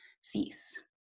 cease